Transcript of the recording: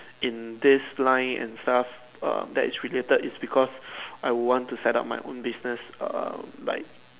in this line and stuff err that is related that is because I want to set up my own business err like